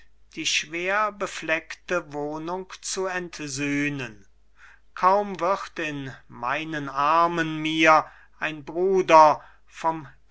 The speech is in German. die schwer befleckte wohnung zu entsühnen kaum wird in meinen armen mir ein bruder vom